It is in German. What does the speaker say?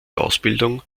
ausbildung